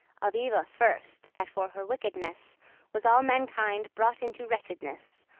of eva first, that for her wickedness was all mankind brought into wretchedness,